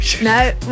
No